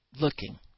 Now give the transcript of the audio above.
looking